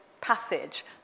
Passage